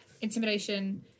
intimidation